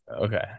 Okay